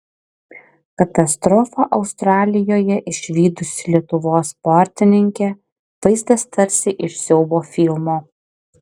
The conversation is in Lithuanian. katastrofą australijoje išvydusi lietuvos sportininkė vaizdas tarsi iš siaubo filmo